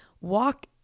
walk